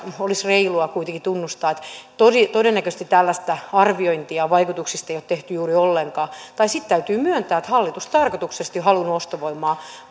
olisi reilua kuitenkin tunnustaa että todennäköisesti tällaista arviointia vaikutuksista ei ole tehty juuri ollenkaan tai sitten täytyy myöntää että hallitus tarkoituksellisesti on halunnut ostovoimaa